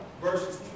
verses